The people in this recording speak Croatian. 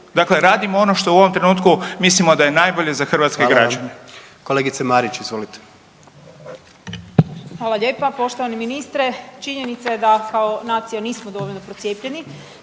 Dakle, radim ono što u ovom trenutku mislimo da je najbolje za hrvatske građane.